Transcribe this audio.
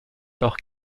auch